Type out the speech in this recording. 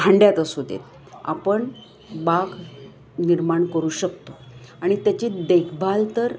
भांड्यात असू देत आपण बाग निर्माण करू शकतो आणि त्याची देखभाल तर